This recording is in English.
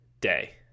day